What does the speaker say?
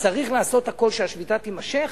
צריך לעשות הכול שהשביתה, תימשך,